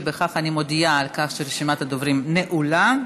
אני מודיעה על כך שרשימת הדוברים נעולה: